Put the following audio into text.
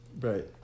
right